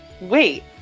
Wait